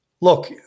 Look